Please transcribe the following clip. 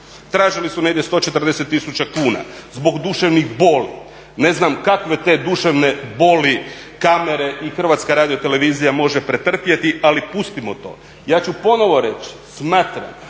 Tražili su negdje 140 tisuća kuna zbog duševnih boli. Ne znam kakve te duševne boli kamere i Hrvatska radiotelevizija može pretrpjeti, ali pustimo to. Ja ću ponovo reći, smatram